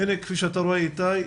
כפי שאתה רואה איתי,